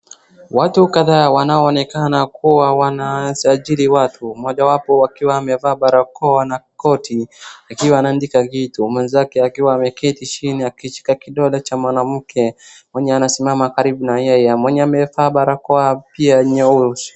Watu kadhaa wanaonekana kuwa wanasajili watu mmojawapo akiwa amevaa barakoa na koti akiwa anaandika kitu. Mwenzake akiwa ameketi chini akishika kidole cha mwanamke mwenye anasimama karibu na mwenye amevaa barakoa pia nyeusi.